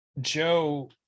Joe